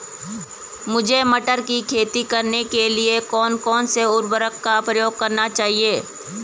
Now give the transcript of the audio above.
मुझे मटर की खेती करने के लिए कौन कौन से उर्वरक का प्रयोग करने चाहिए?